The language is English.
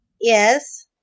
Yes